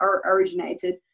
originated